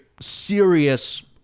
serious